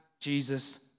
Jesus